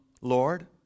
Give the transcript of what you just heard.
Lord